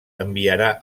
enviarà